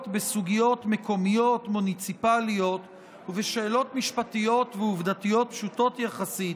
בסוגיות מקומיות מוניציפליות ובשאלות משפטיות ועובדתיות פשוטות יחסית,